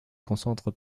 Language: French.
concentre